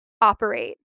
operate